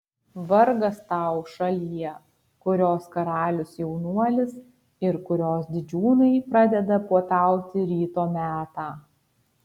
vargas tau šalie kurios karalius jaunuolis ir kurios didžiūnai pradeda puotauti ryto metą